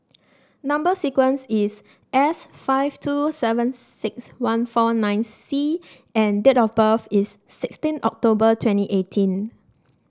number sequence is S five two seven six one four nine C and date of birth is sixteen October twenty eighteen